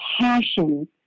passion